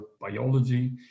biology